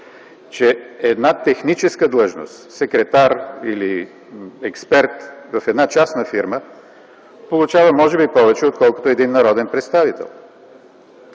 че една техническа длъжност – секретар или експерт в частна фирма, получава може би повече отколкото един народен представител.